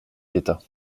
d’état